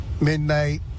midnight